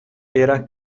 era